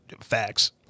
Facts